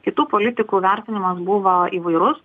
kitų politikų vertinimas buvo įvairus